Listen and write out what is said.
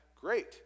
great